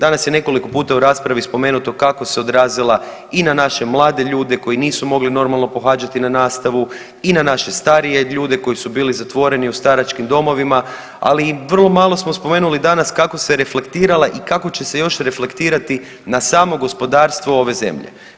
Danas je nekoliko puta u raspravi spomenuto kako se odrazila i na naše mlade ljude koji nisu mogli pohađati na nastavu i na naše starije ljude koji su bili zatvoreni u staračkim domovima, ali i vrlo malo smo spomenuli danas kako se reflektirala i kako će se još reflektirati na samo gospodarstvo ove zemlje.